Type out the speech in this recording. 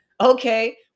okay